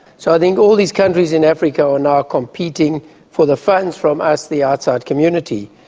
so i think all these countries in africa are now competing for the funds from us, the outside community.